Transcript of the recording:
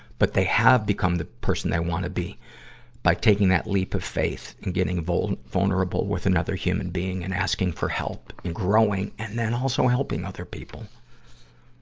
but they have become the person they wanna be by taking that leap of faith and getting vulner, vulnerable with another human being and asking for help in growing, and then also helping other people.